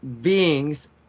beings